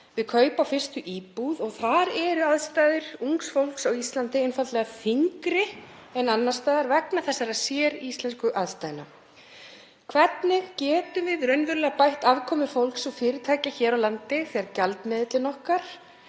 við kaup á fyrstu íbúð og þar eru aðstæður ungs fólks á Íslandi einfaldlega þyngri en annars staðar vegna þessara séríslensku aðstæðna. Hvernig getum við (Forseti hringir.) bætt raunverulega afkomu fólks og fyrirtækja hér á landi þegar gjaldmiðill okkar,